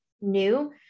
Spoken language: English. new